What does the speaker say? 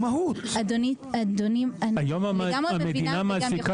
היום המדינה מעסיקה כך.